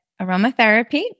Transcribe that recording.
aromatherapy